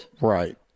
Right